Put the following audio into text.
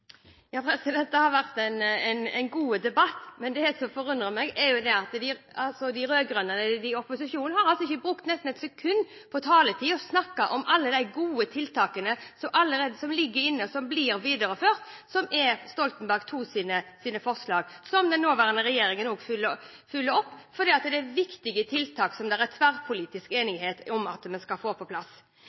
Det har vært en god debatt, men det som forundrer meg, er at de rød-grønne, opposisjonen, nesten ikke har brukt et sekund av taletida på å snakke om alle de gode tiltakene som ligger inne, og som blir videreført, tiltak som er Stoltenberg II-regjeringens forslag, som den nåværende regjeringen følger opp fordi det er viktige tiltak som det er tverrpolitisk enighet om at vi skal få på plass.